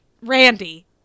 Randy